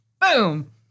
Boom